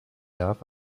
darf